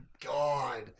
God